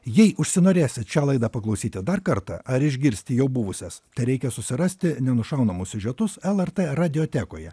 jei užsinorėsit šią laidą paklausyti dar kartą ar išgirsti jau buvusias tereikia susirasti nenušaunamus siužetus lrt radiotekoje